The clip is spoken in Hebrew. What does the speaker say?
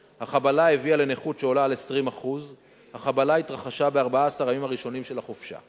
4. החבלה הביאה לנכות שעולה על 20%; 5. החבלה התרחשה ב-14 הימים הראשונים של החופשה.